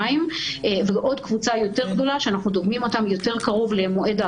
בין קבוצת מחוסנים מוגנים ללא מוגנים.